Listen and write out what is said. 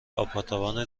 آپارتمان